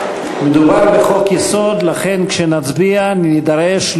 האפשרות שאזורים מסוימים שהיום הם בריבונות ישראלית והם